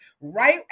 right